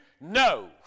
No